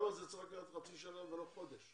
למה זה צריך לקחת חצי שנה ולא חודש?